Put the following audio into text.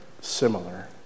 similar